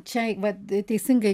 čia vat teisingai